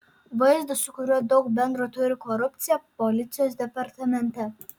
vaizdą su kuriuo daug bendro turi korupcija policijos departamente